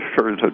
sure